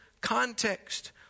context